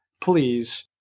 please